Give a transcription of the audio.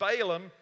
Balaam